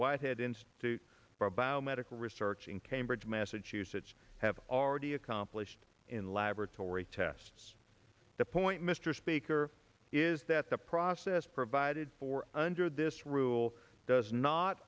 whitehead institute for biomedical research in cambridge massachusetts have already accomplished in laboratory tests the point mr speaker is that the process provided for under this rule does not